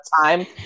time